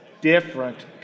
Different